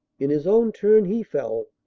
in his own turn he fell,